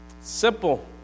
Simple